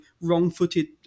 wrong-footed